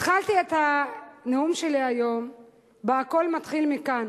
התחלתי את הנאום שלי היום ב"הכול מתחיל מכאן".